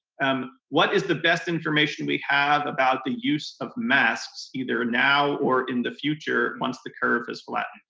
um what is the best information we have about the use of masks either now or in the future once the curve is flat?